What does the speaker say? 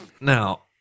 Now